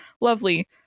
lovely